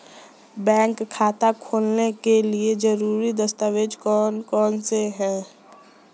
Bank खाता खोलने के लिए ज़रूरी दस्तावेज़ कौन कौनसे हैं?